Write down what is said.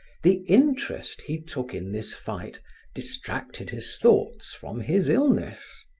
the interest he took in this fight distracted his thoughts from his illness.